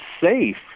safe